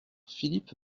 philippe